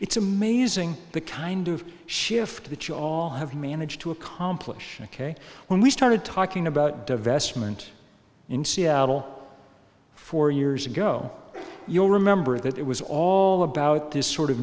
it's amazing the kind of shift that you all have managed to accomplish ok when we started talking about divestment in seattle four years ago you'll remember that it was all about this sort of